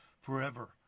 forever